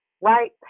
right